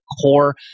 core